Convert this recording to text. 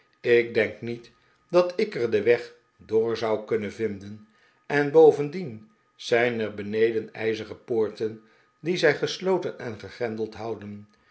ik denk niet dat ik er den weg door zou kunnen vinden en bovendien zijn er beneden ijzeren poorten die zij gesloten en gegrendeld houden